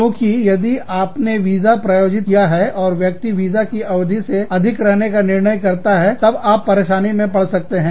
क्योंकि यदि आपने वीजा प्रायोजित किया है और व्यक्ति वीजा की अवधि से अधिक रहने का निर्णय करता है तब आप परेशानी में पड़ सकते हैं